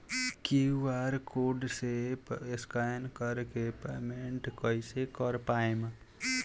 QR code से scan कर के पेमेंट कइसे कर पाएम?